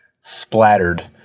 splattered